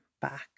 back